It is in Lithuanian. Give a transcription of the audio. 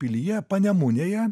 pilyje panemunėje